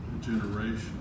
generation